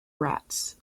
rats